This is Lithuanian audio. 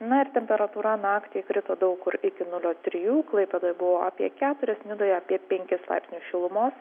na ir temperatūra naktį krito daug kur iki nulio trijų klaipėdoj buvo apie keturis nidoj apie penkis laipsnius šilumos